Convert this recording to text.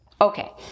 Okay